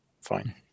fine